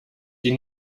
die